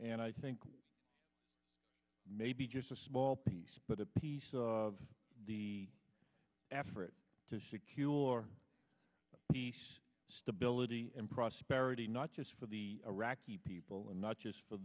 and i think we may be just a small piece but a piece of the effort to secure peace stability and prosperity not just for the iraqi people and not just for